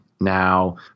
Now